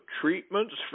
treatments